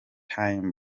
time